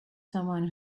someone